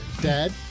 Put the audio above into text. Dad